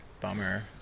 bummer